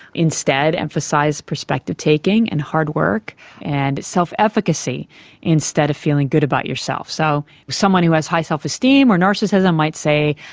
instead emphasise perspective-taking and hard work and self-efficacy instead of feeling good about yourself. so someone who has high self-esteem or narcissism might say,